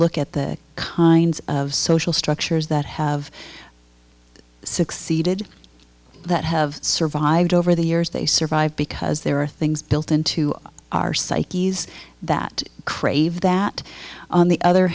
look at the kinds of social structures that have succeeded that have survived over the years they survive because there are things built into our psyches that crave that on the other